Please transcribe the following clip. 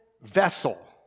vessel